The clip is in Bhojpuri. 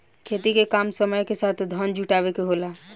खेती के काम समय के साथ धन जुटावे के होला